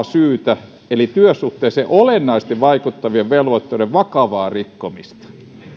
syytä eli työsuhteeseen olennaisesti vaikuttavien velvoitteiden vakavaa rikkomista